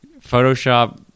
photoshop